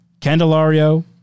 Candelario